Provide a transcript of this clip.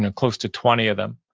and close to twenty of them,